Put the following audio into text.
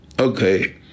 Okay